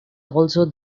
also